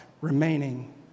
remaining